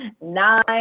nine